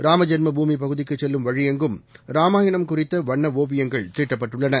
ராமஜென்ம பூமி பகுதிக்குச் செல்லும் வழியெங்கும் ராமாயணம் குறித்த வண்ண ஓவியஙகள் தீட்டப்பட்டுள்ளன